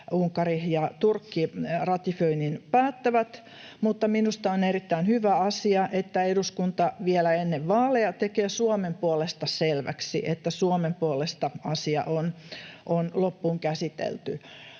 Unkari ja Turkki ratifioinnin päättävät, mutta minusta on erittäin hyvä asia, että eduskunta vielä ennen vaaleja tekee Suomen puolesta selväksi, että Suomen puolesta asia on loppuun käsitelty.